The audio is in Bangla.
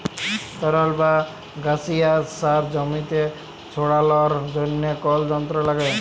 তরল বা গাসিয়াস সার জমিতে ছড়ালর জন্হে কল যন্ত্র লাগে